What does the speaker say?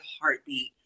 heartbeat